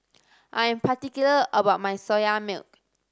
I am particular about my Soya Milk